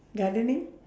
gardening